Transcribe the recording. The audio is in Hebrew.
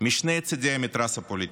משני צידי המתרס הפוליטי.